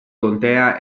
contea